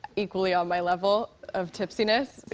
equally on my level of tipsiness,